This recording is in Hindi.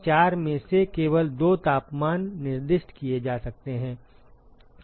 तो इसलिए 4 में से केवल दो तापमान निर्दिष्ट किए जा सकते हैं